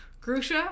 Grusha